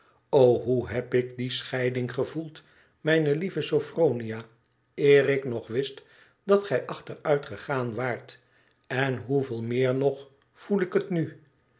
hoe heb ik die scheiding gevoeld mijne lieve sophronia eer ik nog wist dat gij achteruitgegaan waart en hoeveel meer nog voel ik het nu